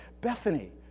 Bethany